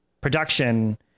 production